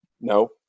No